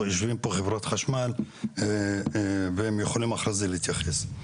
יושבים פה חברת חשמל והם יכולים אחרי זה להתייחס.